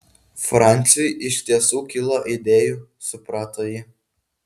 franciui iš tiesų kilo idėjų suprato ji